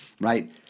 Right